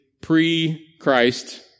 pre-Christ